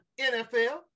NFL